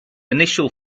initial